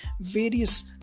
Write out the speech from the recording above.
various